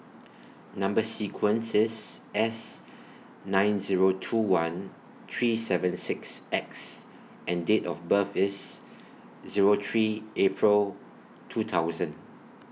Number sequence IS S nine Zero two one three seven six X and Date of birth IS Zero three April two thousand